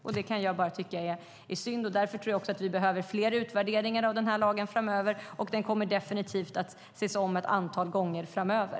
Jag kan bara tycka att det är synd, och vi behöver därför fler utvärderingar av lagen framöver. Den kommer definitivt att ses om ett antal gånger framöver.